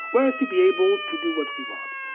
well, it's to be able to do what we want.